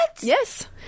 Yes